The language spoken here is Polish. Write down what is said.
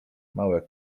małe